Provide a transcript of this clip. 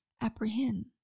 apprehend